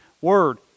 word